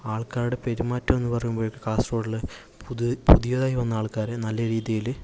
ആൾക്കാരുടെ പെരുമാറ്റം എന്നുപറയുന്നത് കാസർഗൊഡില് പുതിയതായി വന്ന ആൾക്കാരെ നല്ല രീതിയിൽ